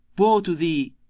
woe to thee!